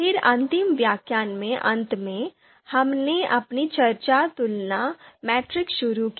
फिर अंतिम व्याख्यान के अंत में हमने अपनी चर्चा तुलना मैट्रिक्स शुरू की